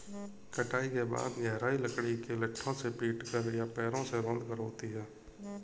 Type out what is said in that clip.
कटाई के बाद गहराई लकड़ी के लट्ठों से पीटकर या पैरों से रौंदकर होती है